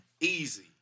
Easy